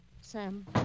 Sam